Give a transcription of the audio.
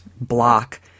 block